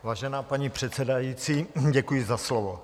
Vážená paní předsedající, děkuji za slovo.